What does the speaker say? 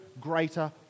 greater